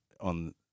on